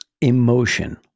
emotion